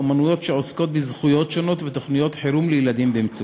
אמנויות שעוסקות בזכויות שונות ותוכניות חירום לילדים במצוקה,